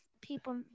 people